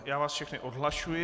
Já vás všechny odhlašuji.